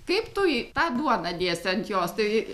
kaip tu į tą duoną dėsi ant jos tai